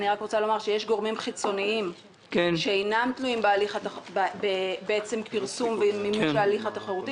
יש גורמים חיצוניים שאינם תלויים בפרסום ההליך התחרותי.